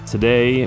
Today